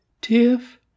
Tiff